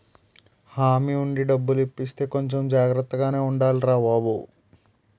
హామీ ఉండి డబ్బులు ఇప్పిస్తే కొంచెం జాగ్రత్తగానే ఉండాలిరా బాబూ